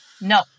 No